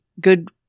good